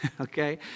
okay